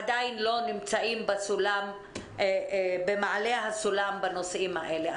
עדיין לא נמצאים במעלה הסולם בנושאים האלה.